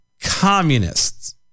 communists